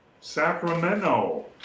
sacramento